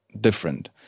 different